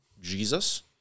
Jesus